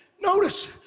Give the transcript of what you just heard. Notice